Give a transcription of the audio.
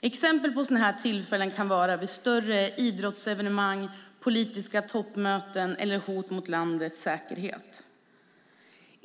Exempel på sådana tillfällen kan vara större idrottsevenemang, politiska toppmöten eller hot mot landets säkerhet.